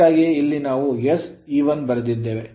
ಅದಕ್ಕಾಗಿಯೇ ಇಲ್ಲಿ ನಾವು sE1ಬರೆದಿದ್ದೇವೆ